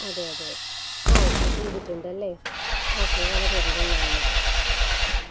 അതെ അതെ ആ ഓക്കെ ചെയ്തിട്ടുണ്ടല്ലേ ഓക്കെ വളരെയധികം നന്ദി